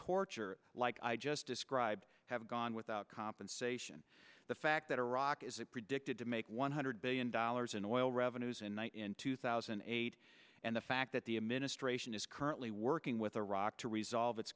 torture like i just described have gone without compensation the fact that iraq is it predicted to make one hundred billion dollars in oil revenues in one in two thousand and eight and the fact that the administration is currently working with iraq to resolve it